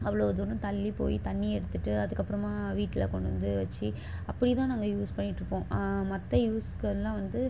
அவ்வளோ தூரம் தள்ளி போய் தண்ணி எடுத்துகிட்டு அதுக்கப்புறமாக வீட்டில் கொண்டு வந்து வச்சு அப்படி தான் நாங்கள் யூஸ் பண்ணிகிட்டிருப்போம் மற்ற யூஸ்களெல்லாம் வந்து